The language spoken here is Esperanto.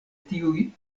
tiuj